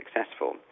successful